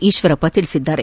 ಈಶ್ವರಪ್ಪ ಹೇಳಿದ್ದಾರೆ